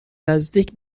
نزدیک